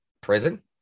prison